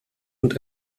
und